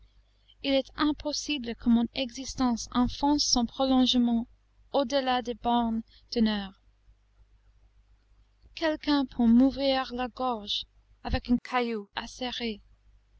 il est impossible que mon existence enfonce son prolongement au delà des bornes d'une heure quelqu'un pour m'ouvrir la gorge avec un caillou acéré